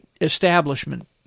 establishment